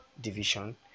division